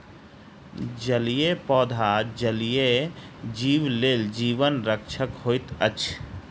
जलीय पौधा जलीय जीव लेल जीवन रक्षक होइत अछि